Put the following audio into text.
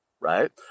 right